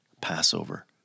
Passover